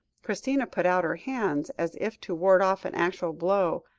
christina put out her hands as if to ward off an actual blow.